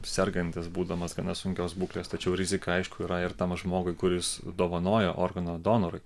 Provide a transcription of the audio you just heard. sergantis būdamas gana sunkios būklės tačiau rizika aišku yra ir tam žmogui kuris dovanoja organą donorui